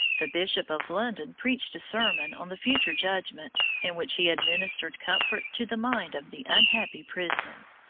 the bishop of london preached a sermon on the future judgment, in which he administered comfort to the mind of the unhappy prisoner,